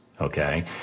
Okay